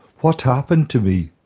what happened to me?